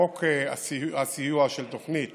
חוק הסיוע של תוכנית